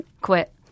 Quit